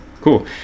cool